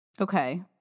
Okay